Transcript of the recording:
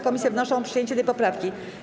Komisje wnoszą o przyjęcie tej poprawki.